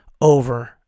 over